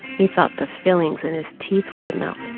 he thought the fillings in his teeth would amount